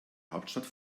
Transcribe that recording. hauptstadt